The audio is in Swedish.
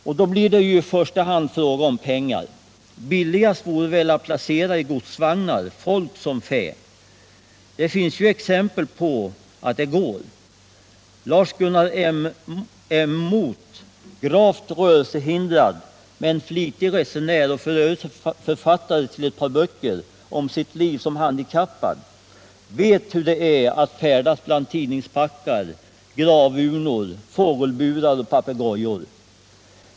Och då blir det ju i första hand fråga om pengar. Billigast vore väl att placera i godsvagnar, folk som fä. Det finns ju exempel på att det går. Lars Gunnar Emmoth, gravt rörelsehindrad men flitig resenär och f. ö. författare till ett par böcker om sitt liv som handikappad, vet hur det är att färdas bland tidningspackar, gravurnor, fågelburar och papegojor.